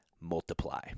Multiply